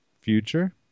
future